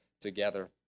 together